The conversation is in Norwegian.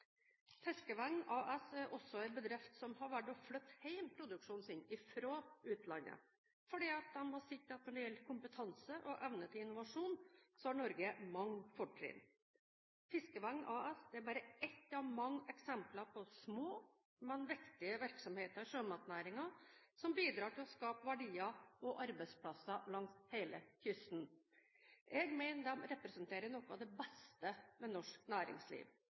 Fiskevegn AS er en bedrift som har valgt å flytte produksjonen hjem fra utlandet, fordi de har sett at når det gjelder kompetanse og evne til innovasjon, har Norge mange fortrinn. Fiskevegn AS er bare ett av mange eksempler på små, men viktige virksomheter i sjømatnæringen, som bidrar til å skape verdier og arbeidsplasser langs hele kysten. Jeg mener de representerer noe av det beste ved norsk næringsliv: